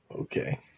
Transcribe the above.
Okay